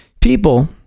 people